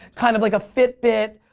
kind of like a fitbit.